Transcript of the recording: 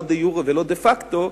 לא דה-יורה ולא דה-פקטו,